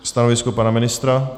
Stanovisko pana ministra?